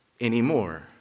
anymore